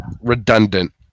redundant